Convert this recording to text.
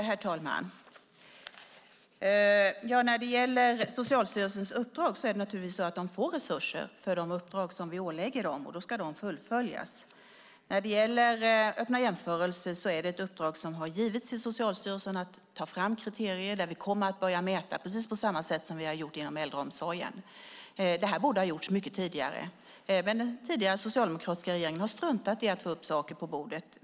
Herr talman! Socialstyrelsen får naturligtvis resurser för de uppdrag som vi ålägger den, och då ska dessa uppdrag fullföljas. När det gäller Öppna jämförelser är det ett uppdrag som har getts till Socialstyrelsen att ta fram kriterier där vi kommer att börja mäta på precis samma sätt som vi har gjort inom äldreomsorgen. Detta borde ha gjorts mycket tidigare. Men den tidigare socialdemokratiska regeringen har struntat i att få upp saker på bordet.